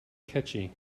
catchy